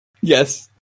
Yes